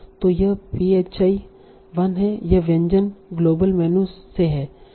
तो यह phi 1 है यह व्यंजन ग्लोबल मेनू से है